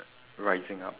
rising up